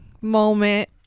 moment